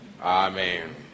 Amen